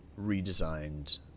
redesigned